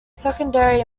secondary